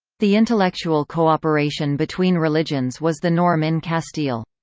the intellectual cooperation between religions was the norm in castile.